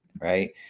right